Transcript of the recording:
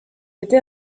été